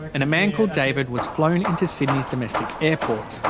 and a man called david was flown in to sydney's domestic airport.